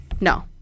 No